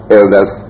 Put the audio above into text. elders